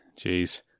Jeez